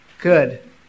Good